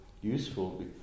useful